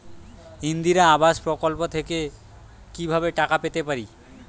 ইন্দিরা আবাস প্রকল্প থেকে কি ভাবে টাকা পেতে পারি?